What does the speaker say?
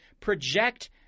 project